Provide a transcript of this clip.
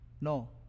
no